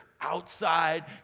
outside